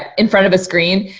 ah in front of a screen,